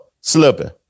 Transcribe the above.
slipping